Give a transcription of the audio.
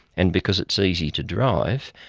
and because it's easy to drive,